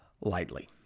lightly